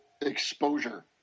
exposure